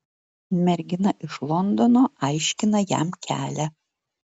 mergina iš londono aiškina jam kelią